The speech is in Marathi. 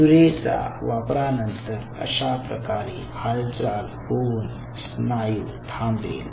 क्युरे च्या वापरा नंतर अशा प्रकारे हालचाल होऊन स्नायू थांबेल